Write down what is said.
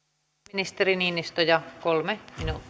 ministeri niinistö ja kolme minuuttia